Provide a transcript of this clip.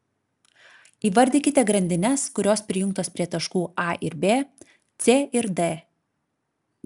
įvardykite grandines kurios prijungtos prie taškų a ir b c ir d